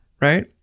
Right